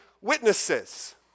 witnesses